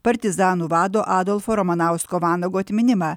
partizanų vado adolfo ramanausko vanago atminimą